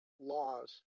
laws